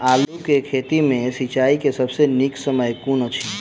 आलु केँ खेत मे सिंचाई केँ सबसँ नीक समय कुन अछि?